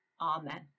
Amen